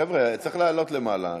חבר'ה, צריך לעלות למעלה.